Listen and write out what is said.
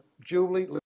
Julie